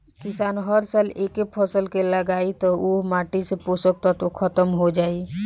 किसान हर साल एके फसल के लगायी त ओह माटी से पोषक तत्व ख़तम हो जाई